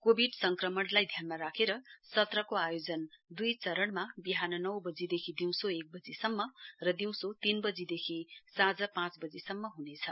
Covid संक्रमणलाई ध्यानमा राखेर सत्रको आयोजन दुई चरणमा विहान नौ वजीदेखि दिउँसो एक वजीसम्म र दिउँसो तीन वजीदेखि साँझ पाँच वजीसम्म हुनेछ